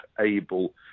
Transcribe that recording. able